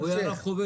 הוא היה רב חובל.